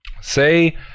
say